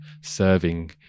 serving